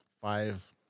five